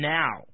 now